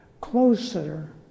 closer